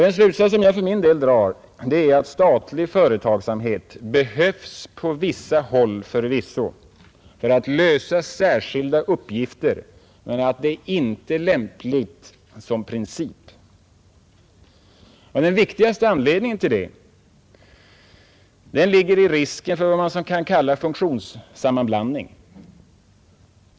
Den slutsats jag drar här är att statlig företagsamhet förvisso behövs på vissa håll för att lösa särskilda uppgifter men inte är lämplig som princip. Den viktigaste anledningen till att statlig företagsamhet som princip är förkastlig ligger i risken för vad man kan kalla funktionssammanblandning.